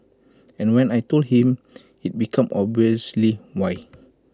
and when I Told him IT became obviously why